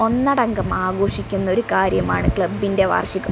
ഒന്നടങ്കം ആഘോഷിക്കുന്ന ഒരു കാര്യമാണ് ക്ലബിന്റെ വാർഷികം